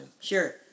Sure